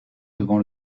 devant